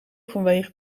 vanwege